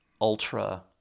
ultra